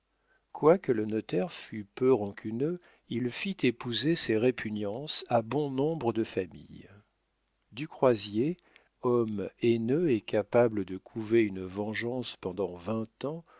quoique le notaire fût peu rancuneux il fit épouser ses répugnances à bon nombre de familles du croisier homme haineux et capable de couver une vengeance pendant vingt ans